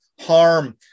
harm